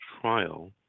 trial